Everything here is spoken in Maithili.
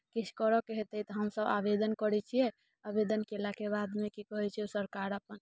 किछु करयके हेतै तऽ हमसभ आवेदन करै छियै आवेदन कयलाके बादमे की कहै छै ओ सरकार अपन